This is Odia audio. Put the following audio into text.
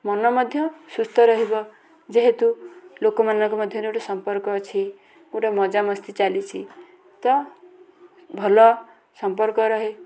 ମନ ମଧ୍ୟ ସୁସ୍ଥ ରହିବ ଯେହେତୁ ଲୋକମାନଙ୍କ ମଧ୍ୟରେ ଗୋଟେ ସମ୍ପର୍କ ଅଛି ଗୋଟେ ମଜାମସ୍ତି ଚାଲିଛି ତ ଭଲ ସମ୍ପର୍କ ରହେ